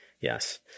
Yes